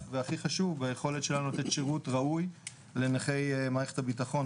והכי חשוב ביכולת שלנו לתת שירות ראוי לנכי מערכת הביטחון,